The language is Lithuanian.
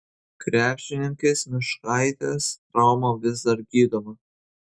krepšininkės myškaitės trauma vis dar gydoma